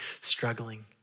struggling